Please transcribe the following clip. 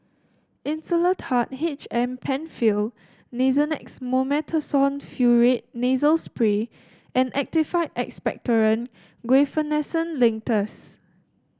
Insulatard H M Penfill Nasonex Mometasone Furoate Nasal Spray and Actified Expectorant Guaiphenesin Linctus